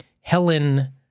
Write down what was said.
Helen